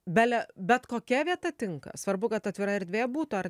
bele bet kokia vieta tinka svarbu kad atvira erdvė būtų ar